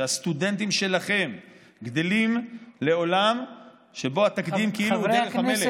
שהסטודנטים שלכם גדלים לעולם שבו התקדים כאילו הוא דרך המלך,